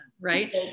right